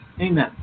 Amen